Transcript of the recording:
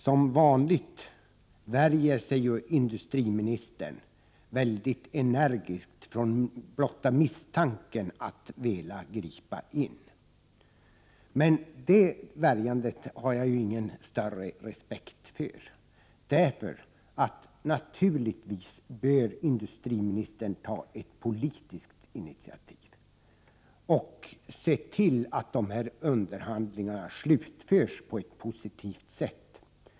Som vanligt värjer sig industriministern mycket energiskt för blotta misstanken att han skulle vilja gripa in, men det har jag ingen större respekt för. Industriministern bör naturligtvis ta ett politiskt initiativ och se till att dessa underhandlingar slutförs på ett positivt sätt.